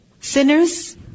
Sinners